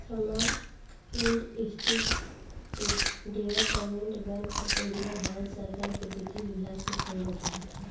small industries development bank of India Bharat सरकार के विधि विभाग से संबंधित बा